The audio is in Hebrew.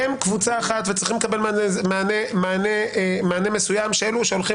הם קבוצה אחת וצריכים לקבל מענה מסוים של אלו שהולכים